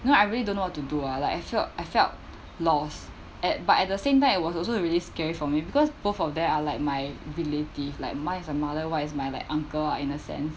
you know I really don't know what to do ah like I felt I felt lost at but at the same time it was also a really scary for me because both of them are like my relative like one is my mother one is my uncle lah in a sense